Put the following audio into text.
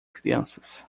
crianças